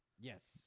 Yes